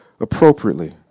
appropriately